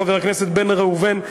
חבר הכנסת בן ראובן,